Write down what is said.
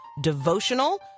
devotional